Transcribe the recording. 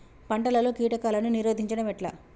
పంటలలో కీటకాలను నిరోధించడం ఎట్లా?